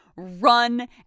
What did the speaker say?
Run